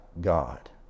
God